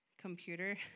computer